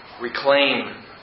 reclaim